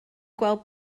gweld